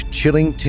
Chilling